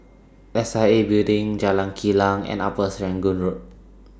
S I A Building Jalan Kilang and Upper Serangoon Road